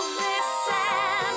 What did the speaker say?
listen